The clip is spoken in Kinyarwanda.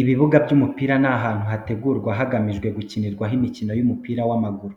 Ibibuga by’umupira ni ahantu hategurwa hagamijwe gukinirwaho imikino y’umupira w’amaguru.